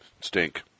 Stink